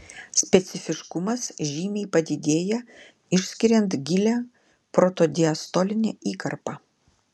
specifiškumas žymiai padidėja išskiriant gilią protodiastolinę įkarpą